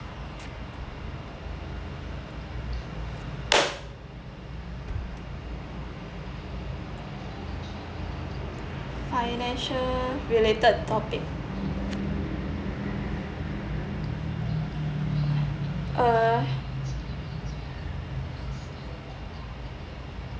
financial related topic uh